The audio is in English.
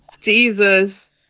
jesus